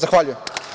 Zahvaljujem.